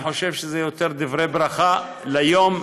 אני חושב שזה יותר דברי ברכה ליום,